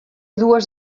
dues